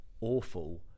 awful